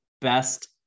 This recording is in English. best